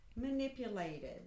manipulated